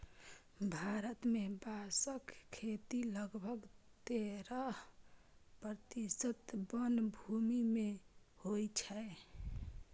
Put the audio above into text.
भारत मे बांसक खेती लगभग तेरह प्रतिशत वनभूमि मे होइ छै